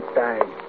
time